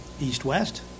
east-west